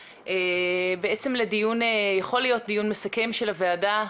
זה יכול להיות דיון מסכם של הוועדה.